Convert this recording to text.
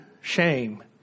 shame